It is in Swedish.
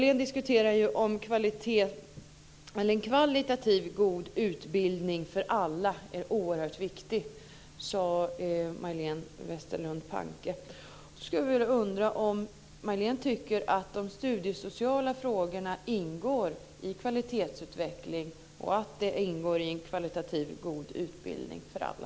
En kvalitativt god utbildning för alla är oerhört viktig, sade Majléne Westerlund Panke. Då undrar jag om Majléne tycker att de studiesociala frågorna ingår i kvalitetsutvecklingen, att de ingår i en kvalitativt god utbildning för alla.